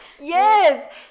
Yes